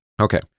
Okay